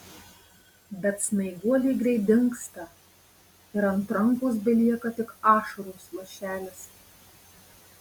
bet snaiguolė greit dingsta ir ant rankos belieka tik ašaros lašelis